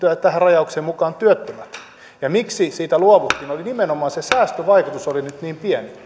tähän rajaukseen mukaan työttömät ja se syy miksi siitä luovuttiin oli nimenomaan se että se säästövaikutus oli niin